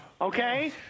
Okay